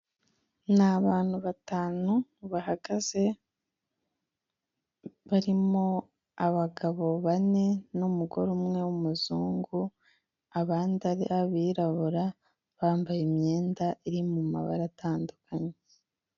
Ni abantu batanu bahagaze barimo abagabo bane n'umugore umwe w'umuzungu, abandi ari abirabura bambaye imyenda iri mu mabara atandukanye.